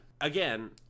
again